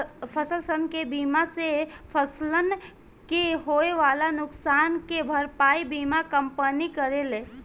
फसलसन के बीमा से फसलन के होए वाला नुकसान के भरपाई बीमा कंपनी करेले